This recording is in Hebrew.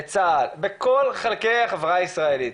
בצה"ל, בכל חלקי החברה הישראלית.